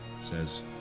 says